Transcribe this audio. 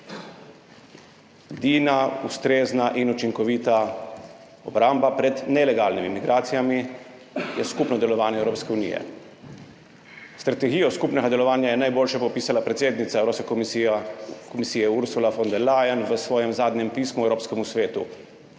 Edina ustrezna in učinkovita obramba pred nelegalnimi migracijami je skupno delovanje Evropske unije. Strategijo skupnega delovanja je najboljše popisala predsednica Evropske komisije Ursula von der Leyen v svojem zadnjem pismu Evropskemu svetu